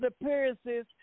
appearances